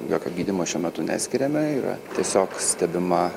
jokio gydymo šiuo metu neskiriame yra tiesiog stebima